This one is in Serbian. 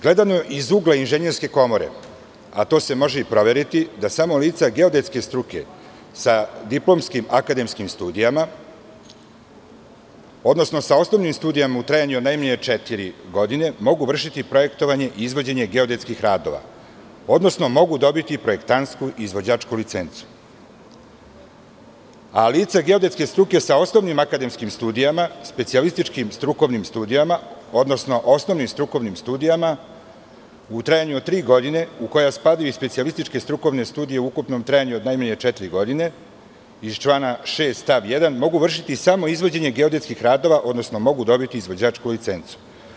Gledano iz ugla Inženjerske komore, a to se može i proveriti, da samo lica geodetske struke sa diplomskim akademskim studijama, odnosno sa osnovnim studijama u trajanju od najmanje četiri godine mogu vršiti projektovanje i izvođenje geodetskih radova, odnosno mogu dobiti projektantsku izvođačku licencu, a lica geodetske struke sa osnovnim akademskim studijama, specijalističkim strukovnim studijama, odnosno osnovnim strukovnim studijama u trajanju od tri godine, u koja spadaju i specijalističke strukovne studije u ukupnom trajanju od najmanje četiri godine iz člana 6. stav 1. mogu vršiti samo izvođenje geodetskih radova, odnosno mogu dobiti izvođačku licencu.